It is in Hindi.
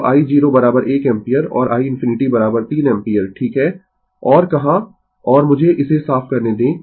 तो i0 1 एम्पीयर और i ∞ 3 एम्पीयर ठीक है और कहां और मुझे इसे साफ करने दें